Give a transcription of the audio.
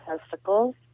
testicles